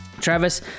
Travis